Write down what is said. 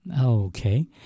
Okay